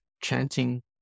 chanting